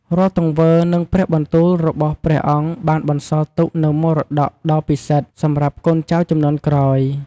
រាល់ទង្វើ និងព្រះបន្ទូលរបស់ព្រះអង្គបានបន្សល់ទុកនូវមរតកដ៏ពិសិដ្ឋសម្រាប់កូនចៅជំនាន់ក្រោយ។